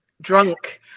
drunk